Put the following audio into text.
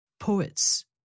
Poets